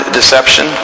deception